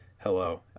hello